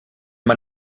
man